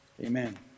Amen